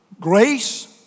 Grace